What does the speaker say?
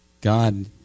God